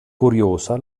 curiosa